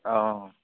অঁ